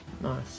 Nice